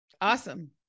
Awesome